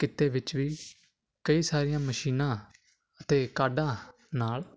ਕਿੱਤੇ ਵਿੱਚ ਵੀ ਕਈ ਸਾਰੀਆਂ ਮਸ਼ੀਨਾਂ ਅਤੇ ਕਾਢਾਂ ਨਾਲ